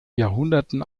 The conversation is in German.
jahrhunderten